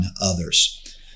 others